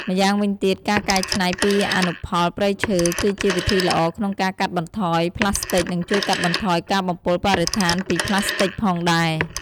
ម្យ៉ាងវិញទៀតការកែច្នៃពីអនុផលព្រៃឈើ គឺជាវិធីល្អក្នុងការកាត់បន្ថយផ្លាស្តិចនិងជួយកាត់បន្ថយការបំពុលបរិស្ថានពីផ្លាស្ទិចផងដែរ។